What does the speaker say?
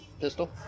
Pistol